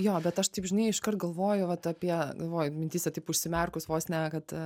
jo bet aš taip žinai iškart galvoju vat apie galvoju mintyse taip užsimerkus vos ne kad